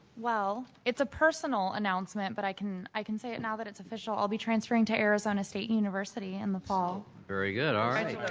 well, it's a personal announcement but i can i can say it now that it's official. i'll be transferring to arizona state university in the fall. very good, alright.